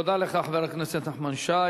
תודה לך, חבר הכנסת נחמן שי.